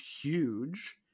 huge